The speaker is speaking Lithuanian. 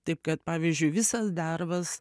taip kad pavyzdžiui visas darbas